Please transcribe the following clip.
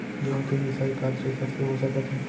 गेहूँ के मिसाई का थ्रेसर से हो सकत हे?